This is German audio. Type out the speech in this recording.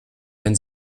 wenn